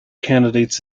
candidates